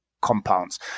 compounds